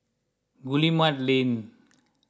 Guillemard Lane